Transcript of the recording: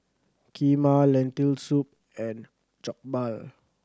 Kheema Lentil Soup and Jokbal